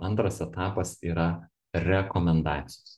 antras etapas yra rekomendacijos